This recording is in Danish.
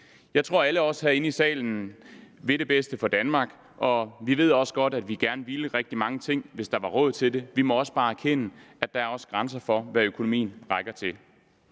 Jeg tror, at alle os herinde i salen vil det bedste for Danmark, og vi ved også godt, at vi gerne ville rigtig mange ting, hvis der var råd til det. Vi må også bare erkende, at der er grænser for, hvad økonomien rækker til.